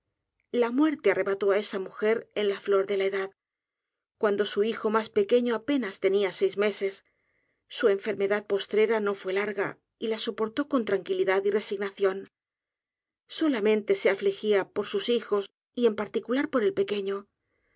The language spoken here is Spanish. la muerte arrebató á esa mujer en la flor de la edad cuando su hijo mas pequeño apenas tenia seis meses su enfermedad postrera no fue larga y la soportó con tranquilidad y resignación solamente se afligía por sus hijos y en particular por el pequeño